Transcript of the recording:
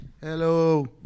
Hello